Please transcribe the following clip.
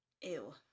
ew